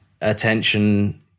attention